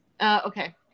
Okay